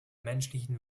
menschlichen